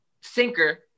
Sinker